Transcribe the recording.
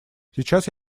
сейчас